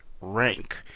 Rank